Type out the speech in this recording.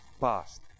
Past